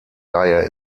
daher